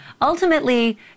ultimately